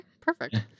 perfect